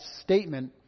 statement